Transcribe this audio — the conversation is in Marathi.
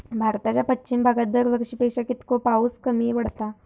भारताच्या पश्चिम भागात दरवर्षी पेक्षा कीतको पाऊस कमी पडता?